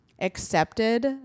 accepted